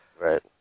Right